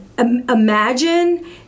imagine